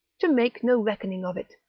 to make no reckoning of it,